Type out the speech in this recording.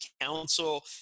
council